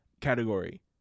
category